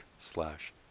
slash